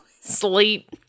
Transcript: sleep